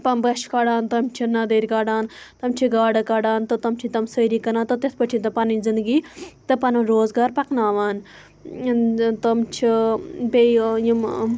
پَمبَچھ کَڑان تم چھِ نَدٕرۍ کَڑان تم چھِ گاڈٕ کَڑان تہٕ تم چھِ تم سٲری کٕنان تہٕ تِتھ پٲٹھۍ چھِ تِم پَنٕنۍ زِندگی تہٕ پَنُن روزگار پَکناوان تم چھِ بیٚیہِ یِم